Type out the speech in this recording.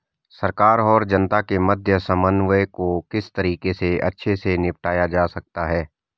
सरकार और जनता के मध्य समन्वय को किस तरीके से अच्छे से निपटाया जा सकता है?